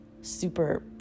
super